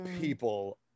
people